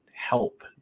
help